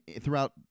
throughout –